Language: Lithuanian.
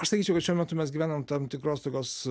aš sakyčiau kad šiuo metu mes gyvenam tam tikros tokios